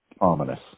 ominous